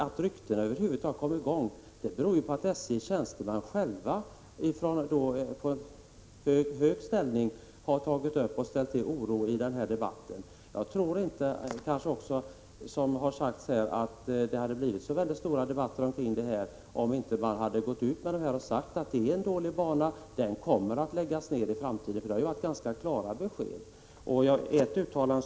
Att ryktena över huvud taget kom i gång berodde ju på att SJ:s tjänstemän i hög ställning själva har ställt till oro. Jag tror inte att det hade blivit så stora debatter kring det här, om man inte hade gått ut och sagt att detta är en dålig bana, som kommer att läggas ned i framtiden. Det har varit ganska klara besked.